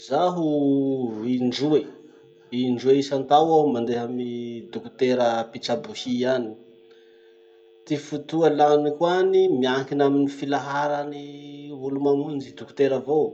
Zaho indroe, indroe isantao aho mandeha amy dokotera mpitsabo hy any. Ty fotoa laniko any miankina amy filaharan'ny olo mamonjy dokotera avao.